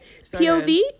pov